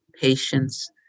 patience